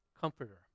comforter